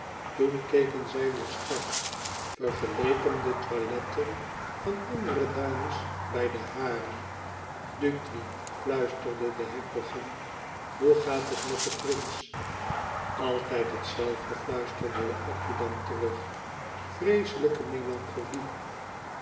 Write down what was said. toen keken zij weêr strak vergeleken de toiletten van andere dames bij de hare dutri fluisterde de hertogin hoe gaat het met den prins altijd hetzelfde fluisterde de adjudant terug vreeslijke melancholie